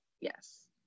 yes